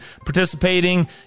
participating